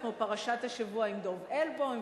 כמו "פרשת השבוע" עם דב אלבוים,